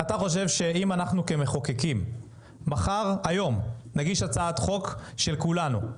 אם אנחנו כמחוקקים נגיש היום הצעת חוק של כולנו,